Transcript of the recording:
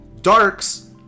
darks